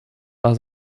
war